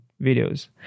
videos